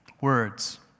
words